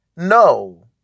No